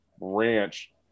ranch